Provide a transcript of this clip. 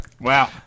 Wow